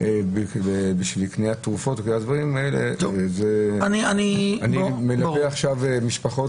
בשביל קניית תרופות והדברים האלה אני עוזר עכשיו למשפחות